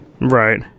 right